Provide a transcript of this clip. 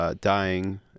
dying